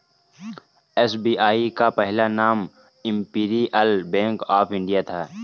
SBI का पहला नाम इम्पीरीअल बैंक ऑफ इंडिया था